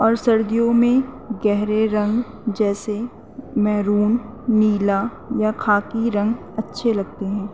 اور سردیوں میں گہرے رنگ جیسے میرون نیلا یا خاکی رنگ اچھے لگتے ہیں